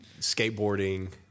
skateboarding